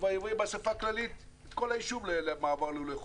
כבר הביא באסיפה כללית את כל המושב למעבר ללולי חופש.